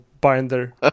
binder